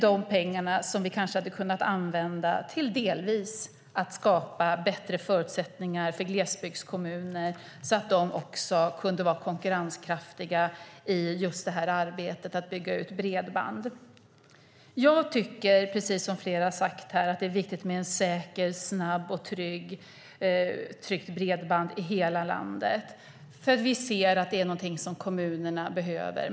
De pengarna hade vi kunnat använda delvis till att skapa bättre förutsättningar för glesbygdskommuner så att de också kunde vara konkurrenskraftiga i arbetet med att bygga ut bredband. Jag tycker, precis som flera har sagt här, att det är viktigt med ett säkert, snabbt och tryggt bredband i hela landet. Vi ser att det är någonting som kommunerna behöver.